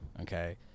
okay